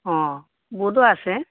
অ বুটো আছে